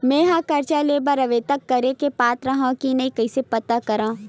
मेंहा कर्जा ले बर आवेदन करे के पात्र हव की नहीं कइसे पता करव?